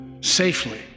safely